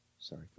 Sorry